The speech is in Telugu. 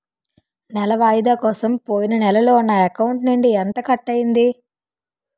నెల వాయిదా కోసం పోయిన నెలలో నా అకౌంట్ నుండి ఎంత కట్ అయ్యింది?